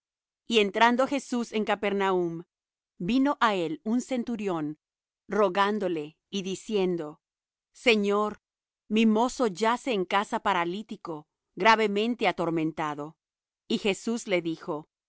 y entrando jesús en capernaum vino á él un centurión rogándole y diciendo señor mi mozo yace en casa paralítico gravemente atormentado y jesús le dijo